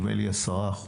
10%,